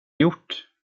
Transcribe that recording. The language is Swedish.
gjort